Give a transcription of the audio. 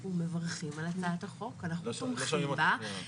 אנחנו מברכים על הצעת החוק ותומכים בה.